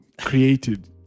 created